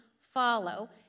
follow